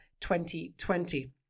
2020